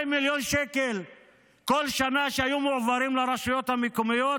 200 מיליון שקל כל שנה שהיו מועברים לרשויות המקומיות,